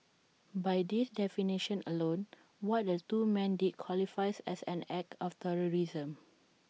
by this definition alone what the two men did qualifies as an act of terrorism